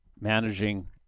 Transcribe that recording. managing